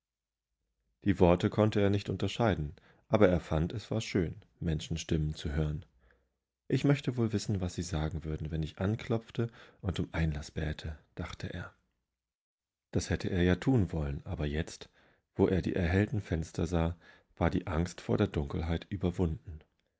die worte konnte er nicht unterscheiden aber er fand es war schön menschenstimmen zu hören ich möchte wohl wissen was sie sagen würden wenn ich anklopfte und um einlaßbäte dachteer dashatteerjatunwollen aberjetzt woerdieerhelltenfenstersah wardie angst vor der dunkelheit überwunden